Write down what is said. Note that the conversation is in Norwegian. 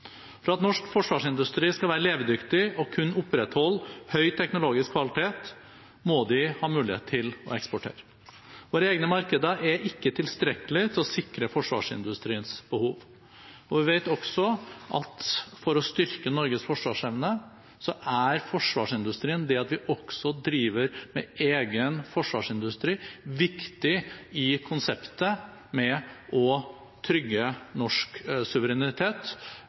For at norsk forsvarsindustri skal være levedyktig og kunne opprettholde høy teknologisk kvalitet, må de ha mulighet til å eksportere. Våre egne markeder er ikke tilstrekkelige til å sikre forsvarsindustriens behov. Vi vet også at for å styrke Norges forsvarsevne er forsvarsindustrien – det at vi også driver med egen forsvarsindustri – viktig i konseptet med å trygge norsk suverenitet